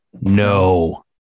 no